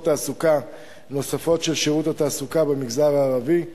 תעסוקה נוספות של שירות התעסוקה במגזר הערבי.